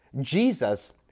Jesus